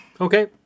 Okay